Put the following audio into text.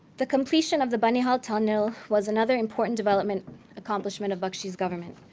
the completion of the banihal tunnel was another important development accomplishment of bakshi's government.